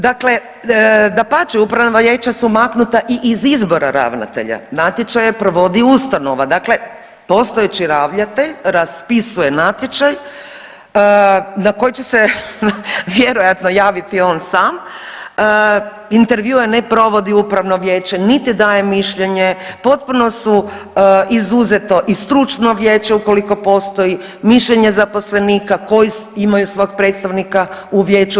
Dakle, dapače upravna vijeća su maknuta i iz izbora ravnatelja, natječaje provodi ustanova dakle postojeći ravnatelj raspisuje natječaj na koji će se vjerojatno javiti on sam, intervjue ne provodi upravno vijeće niti daje mišljenje, potpuno su izuzetno i stručno vijeće ukoliko postoji, mišljenja zaposlenika koji imaju svog predstavnika u vijeću.